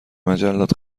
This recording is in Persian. مجلات